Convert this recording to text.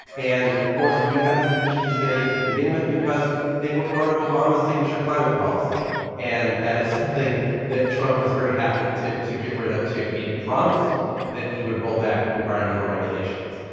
and of course we have these efficiency standards to begin with because they were part of obama's signature climate policy and that is something that trump was very happy to to get rid of too. he had promised that he would roll back environmental regulations.